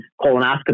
colonoscopy